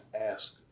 ask